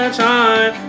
time